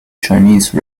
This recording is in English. chinese